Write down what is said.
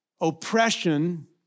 oppression